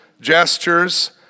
gestures